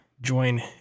Join